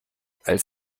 als